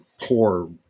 poor